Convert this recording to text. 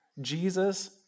Jesus